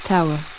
Tower